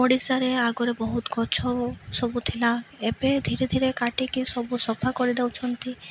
ଓଡ଼ିଶାରେ ଆଗରେ ବହୁତ ଗଛ ସବୁ ଥିଲା ଏବେ ଧୀରେ ଧୀରେ କାଟିକି ସବୁ ସଫା କରିଦେଉଛନ୍ତି